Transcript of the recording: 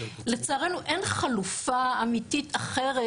לצערנו אין חלופה אמיתי אחרת,